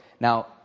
Now